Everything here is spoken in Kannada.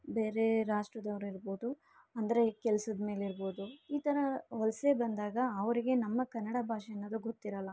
ಬೇರೆ ರಾಷ್ಟ್ರದವರಿರ್ಬೋದು ಅಂದರೆ ಕೆಲಸದ ಮೇಲಿರ್ಬೋದು ಈ ಥರ ವಲಸೆ ಬಂದಾಗ ಅವ್ರಿಗೆ ನಮ್ಮ ಕನ್ನಡ ಭಾಷೆ ಅನ್ನೋದು ಗೊತ್ತಿರೋಲ್ಲ